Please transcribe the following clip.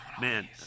Man